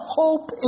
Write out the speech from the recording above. hope